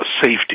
safety